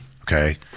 okay